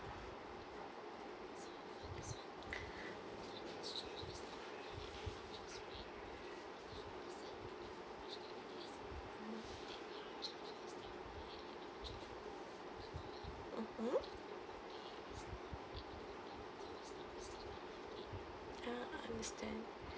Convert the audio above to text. mmhmm ah understand